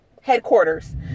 headquarters